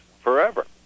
forever